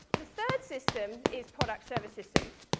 the third system is product-service systems.